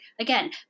again